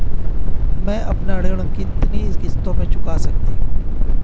मैं अपना ऋण कितनी किश्तों में चुका सकती हूँ?